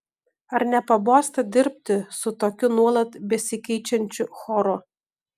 ar nepabosta dirbti su tokiu nuolat besikeičiančiu choru